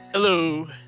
Hello